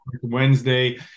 Wednesday